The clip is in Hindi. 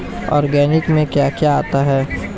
ऑर्गेनिक में क्या क्या आता है?